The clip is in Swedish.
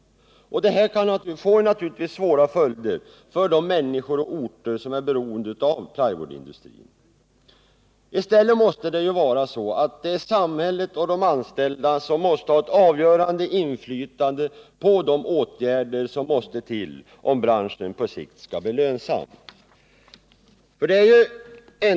Det får givetvis svåra följder för de människor och orter som är beroende av plywoodindustrin. I stället måste det vara så att samhället och de anställda får ett avgörande inflytande på de åtgärder som måste till om branschen på sikt skall bli lönsam.